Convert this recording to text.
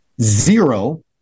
zero